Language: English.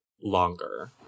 longer